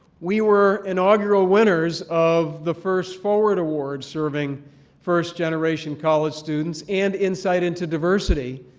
we were inaugural winners of the first forward award serving first generation college students. and inside into diversity,